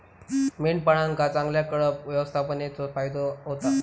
मेंढपाळांका चांगल्या कळप व्यवस्थापनेचो फायदो होता